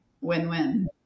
Win-win